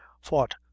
fought